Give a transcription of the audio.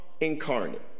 incarnate